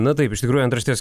na taip iš tikrųjų antraštės